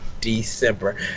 december